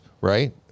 right